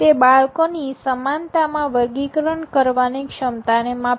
તે બાળકોની સમાનતામાં વર્ગીકરણ કરવાની ક્ષમતાને માપે છે